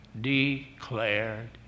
declared